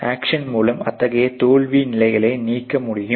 action மூலம் அத்தகைய தோல்வி நிலைகளை நீக்க முடியும்